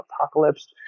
Apocalypse